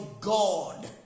God